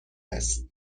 است